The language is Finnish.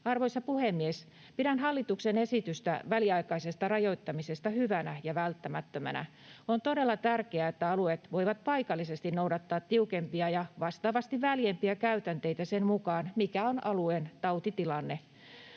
Arvoisa puhemies! Pidän hallituksen esitystä väliaikaisesta rajoittamisesta hyvänä ja välttämättömänä. On todella tärkeää, että alueet voivat paikallisesti noudattaa tiukempia ja vastaavasti väljempiä käytänteitä sen mukaan, mikä on alueen tautitilanne.